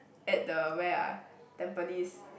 at the where ah Tampines